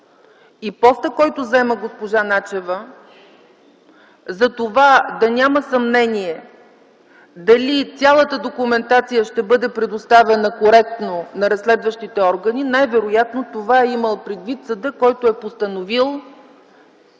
и поста, който заема госпожа Начева, за това да няма съмнение дали цялата документация ще бъде предоставена коректно на разследващите органи, най-вероятно това е имал предвид съдът, който е постановил